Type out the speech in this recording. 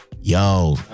yo